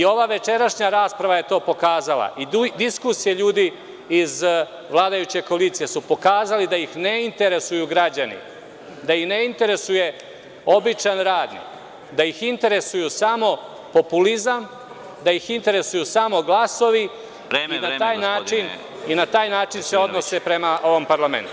Ova večerašnja rasprava i diskusije ljudi iz vladajuće koalicije su pokazali da ih ne interesuju građani, da ih ne interesuje običan radnik, da ih interesuju samo populizam, da ih interesuju samo glasovi i na taj način se odnose prema ovom parlamentu.